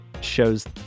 shows